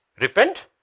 repent